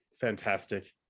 fantastic